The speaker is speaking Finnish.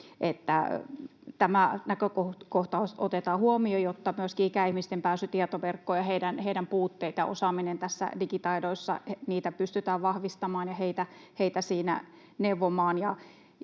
tämä näkökohta otetaan huomioon, jotta myöskin ikäihmisten pääsyä tietoverkkoon ja heidän osaamistaan digitaidoissa pystytään vahvistamaan ja heitä siinä neuvomaan,